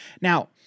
Now